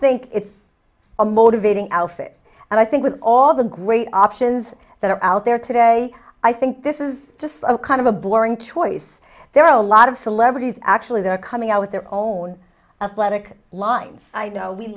think it's a motivating outfit and i think with all the great options that are out there today i think this is just a kind of a boring choice there are a lot of celebrities actually they're coming out with their own athletic lines i know we